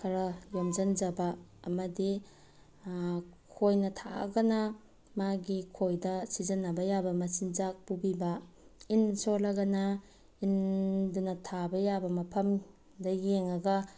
ꯈꯔ ꯌꯣꯝꯖꯤꯟꯖꯕ ꯑꯃꯗꯤ ꯈꯣꯏꯅ ꯊꯥꯛꯑꯒꯅ ꯃꯥꯒꯤ ꯈꯣꯏꯗ ꯁꯤꯖꯤꯟꯅꯕ ꯌꯥꯕ ꯃꯆꯤꯟꯖꯥꯛ ꯄꯨꯕꯤꯕ ꯏꯟ ꯁꯣꯜꯂꯒꯅ ꯏꯟꯗꯨꯅ ꯊꯥꯕ ꯌꯥꯕ ꯃꯐꯝꯗ ꯌꯦꯡꯉꯒ